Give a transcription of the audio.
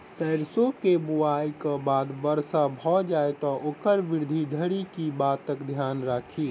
सैरसो केँ बुआई केँ बाद वर्षा भऽ जाय तऽ ओकर वृद्धि धरि की बातक ध्यान राखि?